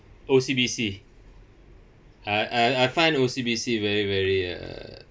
O_C_B_C ah I I find that O_C_B_C very very uh